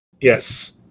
Yes